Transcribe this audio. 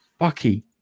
Bucky